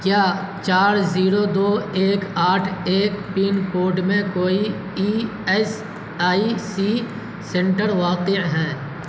کیا چار زیرو دو ایک آٹھ ایک پنکوڈ میں کوئی E S I C centre واقع ہے